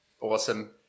Awesome